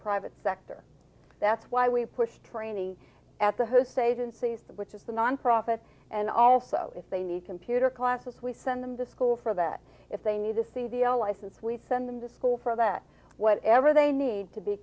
private sector that's why we push training at the host agencies which is the nonprofit and also if they need computer classes we send them to school for that if they need to see the l license we send them to school for that whatever they need to be